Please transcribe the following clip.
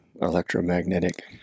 electromagnetic